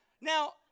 Now